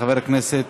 מחובת הנחה.